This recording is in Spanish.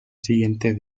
siguiente